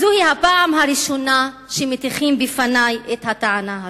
שזו הפעם הראשונה שמטיחים בפני את הטענה הזאת,